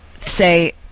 say